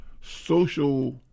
social